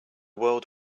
world